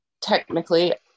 technically